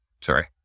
sorry